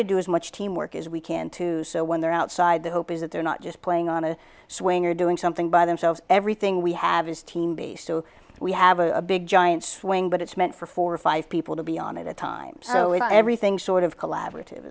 to do as much team work as we can too so when they're outside the hope is that they're not just playing on a swing or doing something by themselves everything we have is team based so we have a big giant swing but it's meant for four or five people to be on at a time so everything sort of collaborative